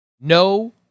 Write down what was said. no